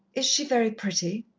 is she very pretty?